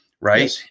Right